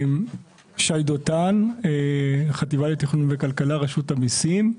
שי דותן החטיבה לתכנון וכלכלה, רשות המיסים,